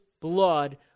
blood